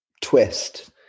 twist